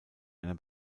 einer